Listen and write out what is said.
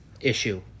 issue